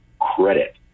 credit